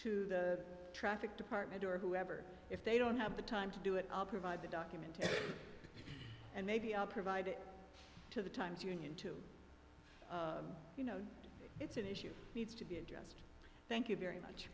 to the traffic department or whoever if they don't have the time to do it i'll provide the document and maybe i'll provide it to the times union to you know it's an issue needs to be addressed thank you very much